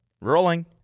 Rolling